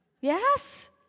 Yes